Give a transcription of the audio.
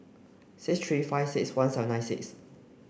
six three five six one seven nine six